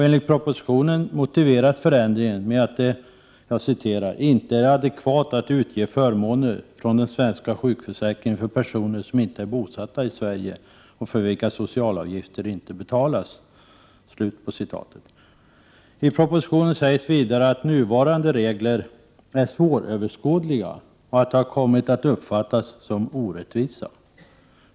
Enligt propositionen motiveras förändringen med att det ”inte är adekvat att utge förmåner från den svenska sjukförsäkringen för personer som inte är bosatta i Sverige och för vilka socialavgifter inte betalas”. I propositionen sägs vidare att nuvarande regler är ”svåröverskådliga” och att de ”kommit att uppfattas som orättvisa”.